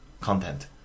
content